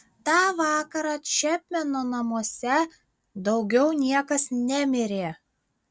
tą vakarą čepmeno namuose daugiau niekas nemirė